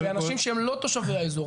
זה אנשים שהם לא תושבי האזור,